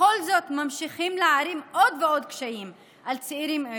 בכל זאת ממשיכים להערים עוד ועוד קשיים על צעירים אלו.